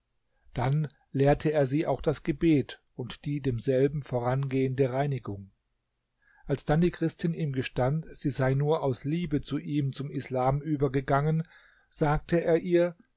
dann lehrte er sie auch das gebet und die demselben vorangehende reinigung als dann die christin ihm gestand sie sei nur aus liebe zu ihm zum islam übergegangen sagte er ihr